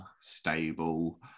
Stable